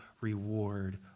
reward